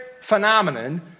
phenomenon